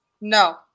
No